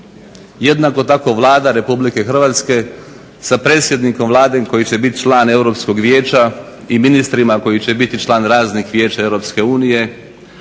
Jednako tako Vlada Republike Hrvatske sa predsjednikom Vlade koji će biti član Europskog vijeća i ministrima koji će biti članovi raznih vijeća Europske unije,